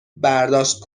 برداشت